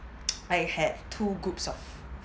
I had two groups of